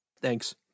Thanks